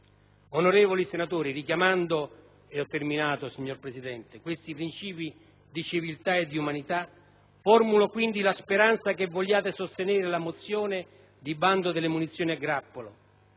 Onorevoli senatori, richiamando questi principi di civiltà e di umanità, formulo quindi la speranza che vogliate sostenere la mozione di bando delle munizioni a grappolo,